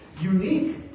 unique